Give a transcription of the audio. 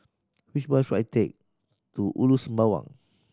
which bus should I take to Ulu Sembawang